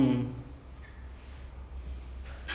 the actor just has to portray the character